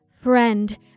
Friend